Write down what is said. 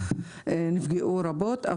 נפגעו רבות.